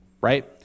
right